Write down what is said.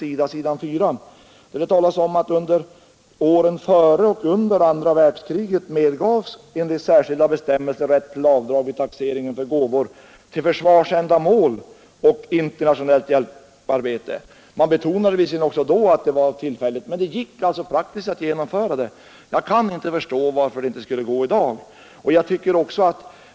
På s. 4 sägs: ”Under åren före och under andra världskriget medgavs enligt särskilda bestämmelser rätt till avdrag vid taxeringen för gåvor till försvarsändamål och internationellt hjälparbete.” Man betonade visserligen också då att det var tillfälligt, men det gick alltså praktiskt att genomföra detta. Jag kan inte förstå varför det inte skulle gå i dag.